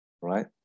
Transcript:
right